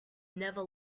never